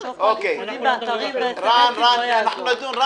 לחשוב פה על עדכונים באתרי אינטרנט ובסמ"סים זה לא יעזור.